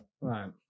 Right